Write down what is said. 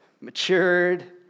matured